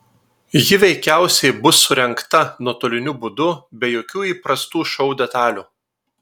ji veikiausiai bus surengta nuotoliniu būdu be jokių įprastų šou detalių